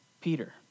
Peter